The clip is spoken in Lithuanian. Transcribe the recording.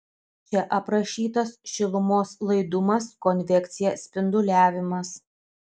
čia aprašytas šilumos laidumas konvekcija spinduliavimas